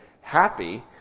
happy